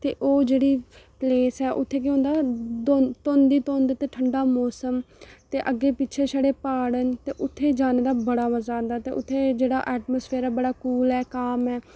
ते ओह् जेह्ड़ी प्लेस ऐ उत्थै केह् होंदा धुंद धुंद ते ठंडा मोसम ते अग्गें पिच्छें छड़े प्हाड़ न ते उत्थै जाने दा बड़ा मजा आंदा ते उत्थै जेह्ड़ा ऐटमसफेयर ऐ बड़ा कूल ऐ काम ऐ